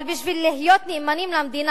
אבל בשביל להיות נאמנים למדינה,